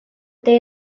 they